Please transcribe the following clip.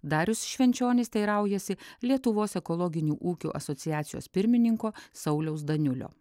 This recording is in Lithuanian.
darius švenčionis teiraujasi lietuvos ekologinių ūkių asociacijos pirmininko sauliaus daniulio